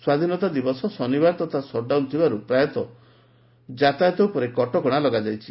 ସ୍ୱାଧୀନତା ଦିବସ ଶନିବାର ତଥା ସଟ୍ଡାଉନ୍ ଥିବାରୁ ପ୍ରାୟତଃ ଯାତାୟାତ ଉପରେ କଟକଣା ଲଗାଯାଇଛି